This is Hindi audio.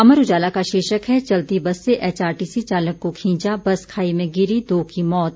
अमर उजाला का शीर्षक है चलती बस से एचआरटीसी चालक को खींचा बस खाई में गिरी दो की मौत